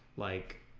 like